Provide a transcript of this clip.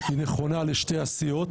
היא נכונה לשתי הסיעות.